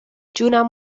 جونم